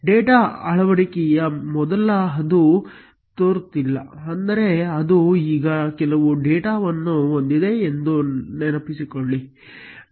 data ಅಳವಡಿಕೆಯ ಮೊದಲು ಅದು ತೋರಿಸುತ್ತಿಲ್ಲ ಅಂದರೆ ಅದು ಈಗ ಕೆಲವು ಡೇಟಾವನ್ನು ಹೊಂದಿದೆ ಎಂದು ನೆನಪಿಸಿಕೊಳ್ಳಿ